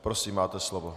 Prosím, máte slovo.